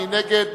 מי נגד?